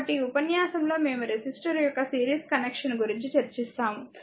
కాబట్టి ఈ ఉపన్యాసంలో మేము రెసిస్టర్ యొక్క సిరీస్ కనెక్షన్ గురించి చర్చిస్తాము